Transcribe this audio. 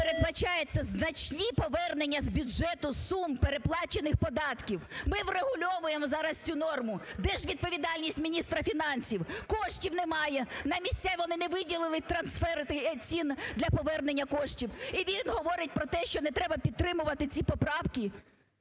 передбачається значні повернення з бюджету сум переплачених податків. Ми врегульовуємо зараз цю норму, де ж відповідальність міністра фінансів? Коштів немає, на місця вони не виділили трансфери цін для повернення коштів. І він говорить про те, що не треба підтримувати ці поправки?